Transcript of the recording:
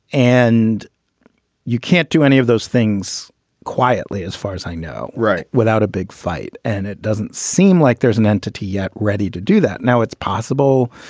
and you can't do any of those things quietly, as far as i know. right. without a big fight. and it doesn't seem like there's an entity yet ready to do that. now, it's possible.